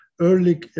early